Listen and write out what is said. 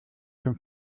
schon